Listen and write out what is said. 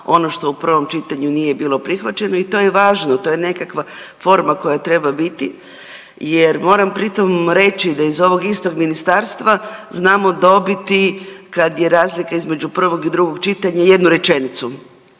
ono što u prvom čitanju nije bilo prihvaćeno i to je važno, to je nekakva forma koja treba biti jer moram pri tom reći da iz ovog istog ministarstva znamo dobiti kad je razlika između prvog i drugog čitanja jednu rečenicu.